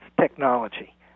technology